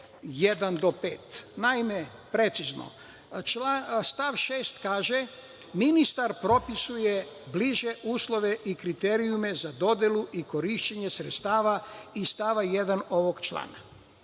1. do 5. Naime, precizno, stav 6. kaže - ministar propisuje bliže uslove i kriterijume za dodelu i korišćenje sredstva iz stava 1. ovog